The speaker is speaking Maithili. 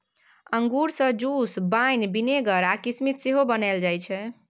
अंगुर सँ जुस, बाइन, बिनेगर आ किसमिस सेहो बनाएल जाइ छै